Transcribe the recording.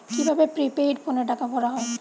কি ভাবে প্রিপেইড ফোনে টাকা ভরা হয়?